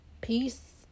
Peace